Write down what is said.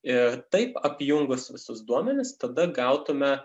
ir taip apjungus visus duomenis tada gautume